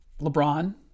LeBron